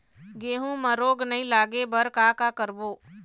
गेहूं म रोग नई लागे बर का का करबो?